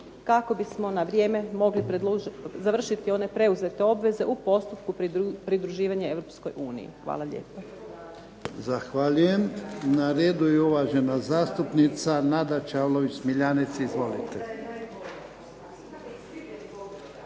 kako bismo na vrijeme mogli završiti one preuzete obveze u postupku pridruživanja EU. Hvala lijepa.